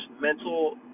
mental